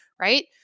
right